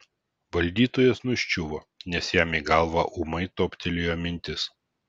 valdytojas nuščiuvo nes jam į galvą ūmai toptelėjo mintis